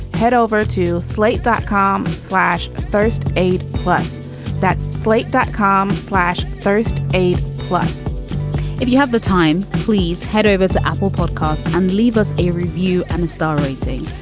head over to slate dot com slash first aid plus that slate dot com slash first aid plus if you have the time please head over to apple podcasts and leave us a review on the star rating.